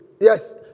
Yes